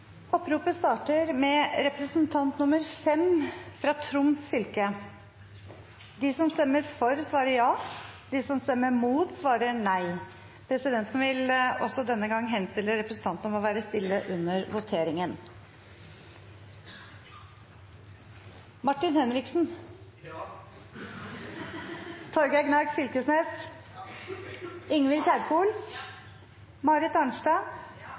Oppropet starter med representant nr. 5 for Troms fylke, Martin Henriksen. De som stemmer for komiteens innstilling, svarer ja. De som stemmer imot, svarer nei. Presidenten vil igjen anmode representantene om å svare høyt og tydelig av hensyn til registreringen, og det skal være stille